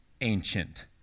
ancient